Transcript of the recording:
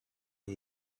and